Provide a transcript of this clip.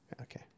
Okay